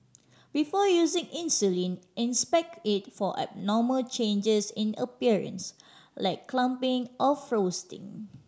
before using insulin inspect it for abnormal changes in appearance like clumping or frosting